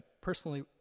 personally